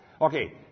Okay